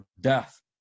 death